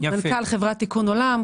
מנכ"ל חברת תיקון עולם,